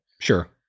Sure